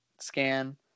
scan